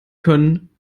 können